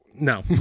No